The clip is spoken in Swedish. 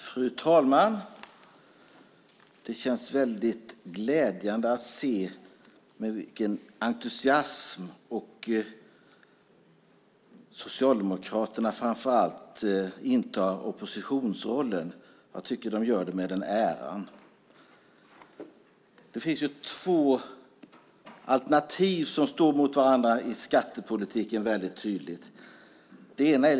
Fru talman! Det känns glädjande att se med vilken entusiasm framför allt Socialdemokraterna intar oppositionsrollen. Jag tycker att de gör det med den äran. Det finns två alternativ i skattepolitiken som tydligt står mot varandra.